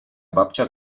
babcia